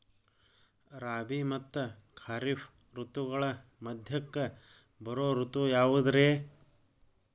ರಾಬಿ ಮತ್ತ ಖಾರಿಫ್ ಋತುಗಳ ಮಧ್ಯಕ್ಕ ಬರೋ ಋತು ಯಾವುದ್ರೇ?